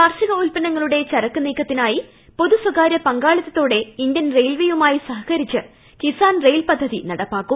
കാർഷിക ഉൽപ്പന്നങ്ങളുടെ ചരക്ക് പ്ലൂ ന്റീക്കത്തിനായി പൊതു സ്ഥകാര്യ പങ്കാളിത്തതോടെ ഇന്ത്യൻ റെയിൽവെയുമായി സഹകരിച്ച് കിസാൻ റെയ്്ൽ പദ്ധതി നടപ്പാക്കും